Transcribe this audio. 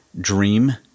dream